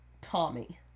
tommy